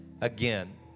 again